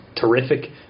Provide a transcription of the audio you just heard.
terrific